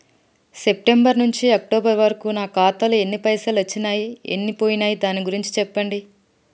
September నుంచి October వరకు నా ఖాతాలో ఎన్ని పైసలు వచ్చినయ్ ఎన్ని పోయినయ్ దాని గురించి చెప్పండి?